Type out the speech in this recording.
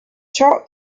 ciò